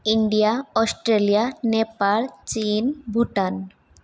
India Australia Nepal चीना भूटान्